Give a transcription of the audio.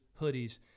hoodies